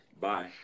Bye